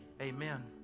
Amen